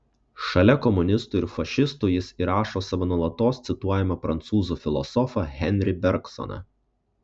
šalia komunistų ir fašistų jis įrašo savo nuolatos cituojamą prancūzų filosofą henri bergsoną